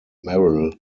merrill